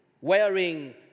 wearing